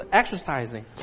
exercising